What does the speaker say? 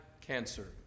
cancer